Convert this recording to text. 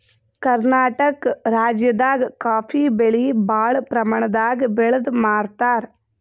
ಕರ್ನಾಟಕ್ ರಾಜ್ಯದಾಗ ಕಾಫೀ ಬೆಳಿ ಭಾಳ್ ಪ್ರಮಾಣದಾಗ್ ಬೆಳ್ದ್ ಮಾರ್ತಾರ್